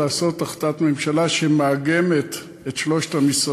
מתוך סעיפים במשרדנו או לעשות החלטת ממשלה שמאגמת את שלושת המשרדים,